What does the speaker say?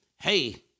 Hey